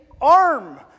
arm